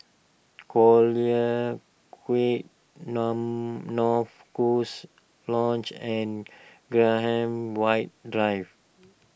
Collyer Quay long North goose Lodge and Graham White Drive